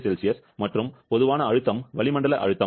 01 0C மற்றும் பொதுவான அழுத்தம் வளிமண்டல அழுத்தம்